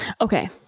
Okay